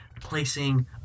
placing